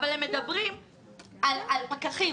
הם מדברים על פקחים